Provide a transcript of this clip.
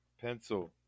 Pencil